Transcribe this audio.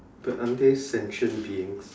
but aren't they sentient beings